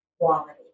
quality